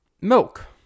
Milk